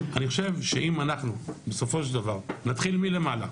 אני חושב שאם אנחנו בסופו של דבר נתחיל מלמעלה,